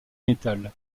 metal